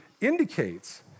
indicates